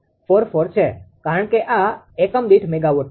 01544 છે કારણ કે આ એકમ દીઠ મેગાવોટમાં છે